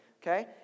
okay